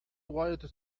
white